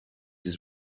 his